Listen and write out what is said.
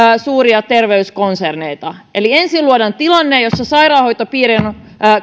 suuria terveyskonserneita eli ensin luodaan tilanne jossa sairaanhoitopiiriin